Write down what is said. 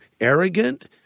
arrogant